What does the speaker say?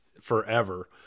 forever